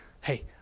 hey